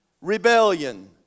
rebellion